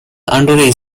underage